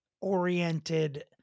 oriented